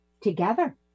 together